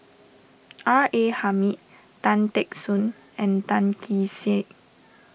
R A Hamid Tan Teck Soon and Tan Kee Sek